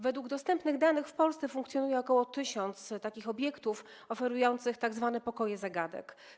Według dostępnych danych w Polsce funkcjonuje ok. 1 tys. takich obiektów, oferujących tzw. pokoje zagadek.